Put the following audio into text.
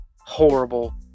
Horrible